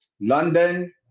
London